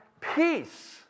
peace